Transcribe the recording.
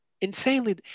Insanely